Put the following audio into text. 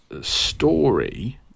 story